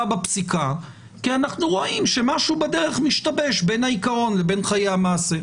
בפסיקה כי אנחנו רואים שמשהו בדרך משתבש בין העיקרון לבין חיי המעשה.